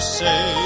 say